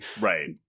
right